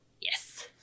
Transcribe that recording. Yes